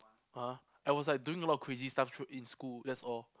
!huh! I was like doing a lot of crazy stuff through in school that's all